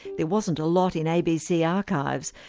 there wasn't a lot in abc archives,